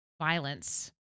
violence